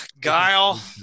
Guile